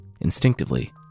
Instinctively